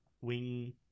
Wing